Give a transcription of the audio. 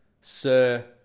Sir